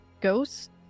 ghost